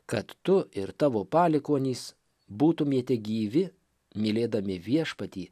kad tu ir tavo palikuonys būtumėte gyvi mylėdami viešpatį